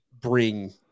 bring